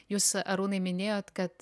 jūs arūnai minėjot kad